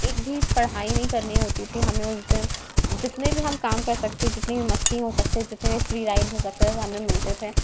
ایک بھی پڑھائی نہیں کرنی ہوتی تھی ہمیں اس دن جتنے بھی ہم کام کر سکتے جتنی بھی مستی ہو سکتی تھی جتنے فری رائٹ ہو سکتے تھے ہمیں ملتے تھے